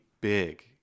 big